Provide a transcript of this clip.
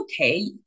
okay